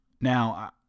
Now